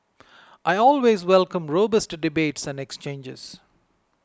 I always welcome robust debates and exchanges